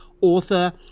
author